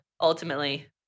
ultimately